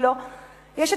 יש שיל"ה,